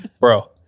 Bro